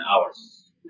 hours